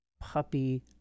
puppy